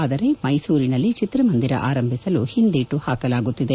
ಆದರೆ ಮೈಸೂರಿನಲ್ಲಿ ಚಿತ್ರ ಮಂದಿರ ಆರಂಭಗೊಳಿಸಲು ಹಿಂದೇಟು ಪಾಕಲಾಗುತ್ತಿದೆ